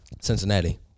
Cincinnati